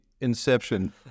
Inception